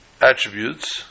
attributes